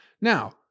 Now